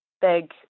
big